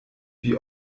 wie